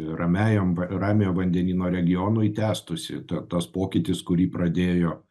ramiajam ramiojo vandenyno regionui tęstųsi ta tas pokytis kurį pradėjo